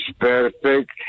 perfect